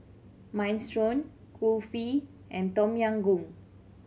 Minestrone Kulfi and Tom Yam Goong